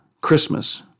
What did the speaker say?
Christmas